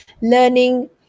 learning